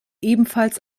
ebenfalls